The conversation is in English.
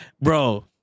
bro